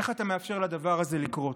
איך אתה מאפשר לדבר הזה לקרות?